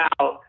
out